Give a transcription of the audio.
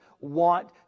want